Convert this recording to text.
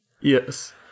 Yes